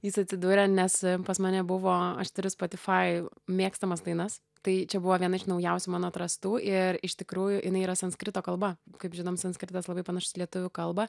jis atsidūrė nes pas mane buvo aš turiu spotify mėgstamas dainas tai čia buvo viena iš naujausių mano atrastų ir iš tikrųjų jinai yra sanskrito kalba kaip žinom sanskritas labai panašus į lietuvių kalbą